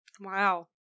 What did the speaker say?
Wow